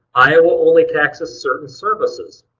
iowa only taxes certain services.